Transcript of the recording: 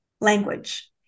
language